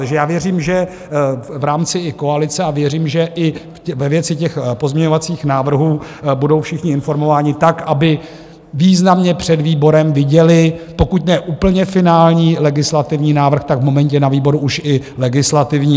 Takže já věřím, že v rámci i koalice, a věřím, že i ve věci těch pozměňovacích návrhů budou všichni informováni tak, aby významně před výborem viděli pokud ne úplně finální legislativní návrh, tak v momentě na výboru už i legislativní.